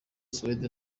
suède